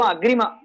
Agrima